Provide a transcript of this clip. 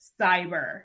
cyber